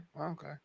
okay